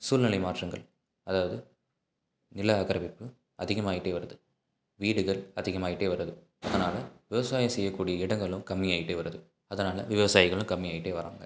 சூல்நிலை மாற்றங்கள் அதாவது நில ஆக்கிரமிப்பு அதிகமாகிட்டே வருது வீடுகள் அதிகமாகிட்டே வருது அதனால் விவசாயம் செய்யக்கூடிய இடங்களும் கம்மியாகிட்டே வருது அதனால விவசாயிகளும் கம்மியாகிட்டே வர்றாங்க